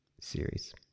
series